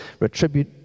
retribute